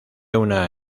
una